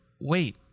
wait